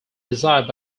desired